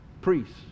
priests